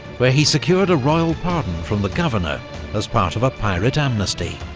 where he secured a royal pardon from the governor as part of a pirate amnesty.